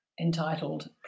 entitled